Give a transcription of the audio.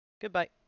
Goodbye